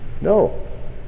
No